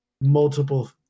multiple